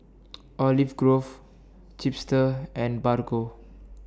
Olive Grove Chipster and Bargo